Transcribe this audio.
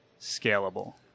scalable